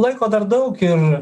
laiko dar daug ir